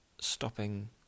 stopping